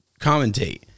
commentate